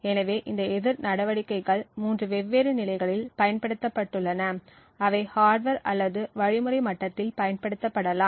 எனவே இந்த எதிர் நடவடிக்கைகள் மூன்று வெவ்வேறு நிலைகளில் பயன்படுத்தப்பட்டுள்ளன அவை ஹார்ட்வர் மட்டத்தில் அல்லது வழிமுறை மட்டத்தில் பயன்படுத்தப்படலாம்